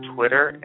Twitter